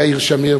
יאיר שמיר,